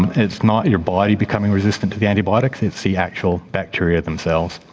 and it's not your body becoming resistant to the antibiotics, it's the actual bacteria themselves.